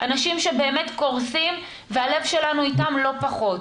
אנשים שבאמת קורסים והלב שלנו איתם לא פחות.